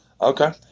Okay